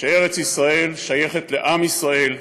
שארץ ישראל שייכת לעם ישראל,